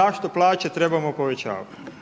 zašto plaće trebamo povećavati.